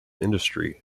industry